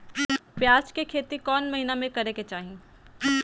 प्याज के खेती कौन महीना में करेके चाही?